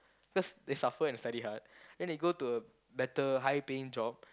cause they suffer and study hard then they go a better high paying job